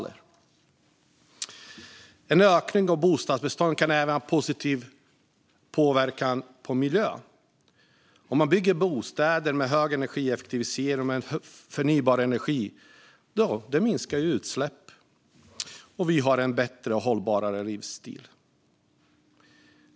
En ökning av bostadsbeståndet kan även påverka miljön positivt. Om man bygger bostäder med hög energieffektivitet och förnybara energikällor minskar utsläppen. Och vi får en bättre och mer hållbar livsstil.